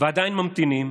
ועדיין ממתינים.